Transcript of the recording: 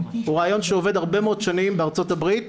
הוא רעיון שעובד הרבה מאוד שנים בארצות הברית,